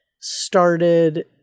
started